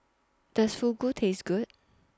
Does Fugu Taste Good